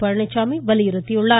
பழனிச்சாமி வலியுறுத்தியுள்ளார்